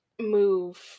move